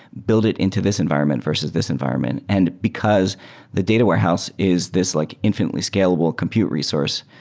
build it into this environment versus this environment. and because the data warehouse is this like infinitely scalable compute resource,